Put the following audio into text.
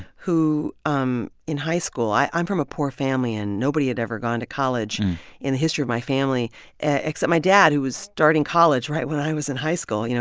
who um in high school i'm from a poor family. and nobody had ever gone to college in the history of my family except my dad, who was starting college right when i was in high school. you know,